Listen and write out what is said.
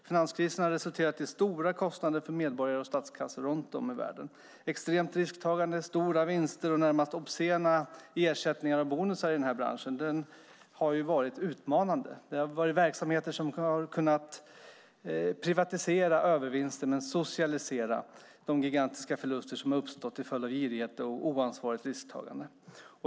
Finanskrisen har resulterat i stora kostnader för medborgare och statskassor runt om i världen. Extremt risktagande, stora vinster och närmast obscena ersättningar och bonusar i branschen har varit utmanande. Verksamheter har kunnat privatisera övervinster men socialisera de gigantiska förluster som uppstått till följd av girighet och oansvarigt risktagande.